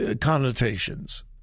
connotations